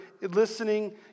listening